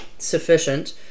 Sufficient